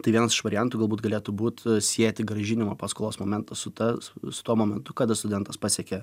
tai vienas iš variantų galbūt galėtų būt sieti grąžinimą paskolos momentas sutaps su tuo momentu kada studentas pasiekė